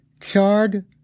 Charred